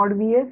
V s